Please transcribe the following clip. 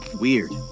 weird